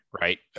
Right